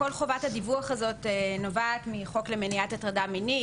כל חובת הדיווח הזאת נובעת מחוק למניעת הטרדה מינית.